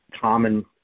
common